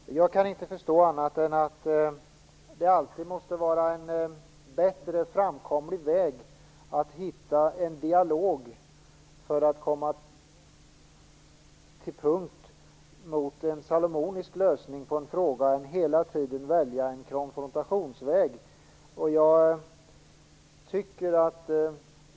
Herr talman! Jag kan inte förstå annat än att det alltid måste vara en bättre framkomlig väg att hitta en dialog för att sätta stopp för en salomonisk lösning på en fråga. Det måste vara bättre än att hela tiden välja konfrontation.